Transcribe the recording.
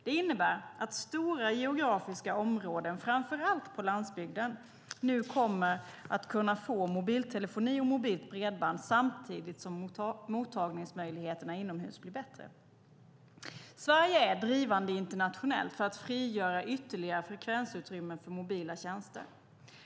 Det innebär att stora geografiska områden, framför allt på landsbygden, nu kommer att kunna få mobiltelefoni och mobilt bredband samtidigt som mottagningsmöjligheterna inomhus blir bättre. Sverige är drivande internationellt för att frigöra ytterligare frekvensutrymme för mobila tjänster.